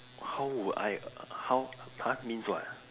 how would I how !huh! means what